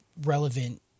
relevant